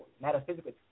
metaphysically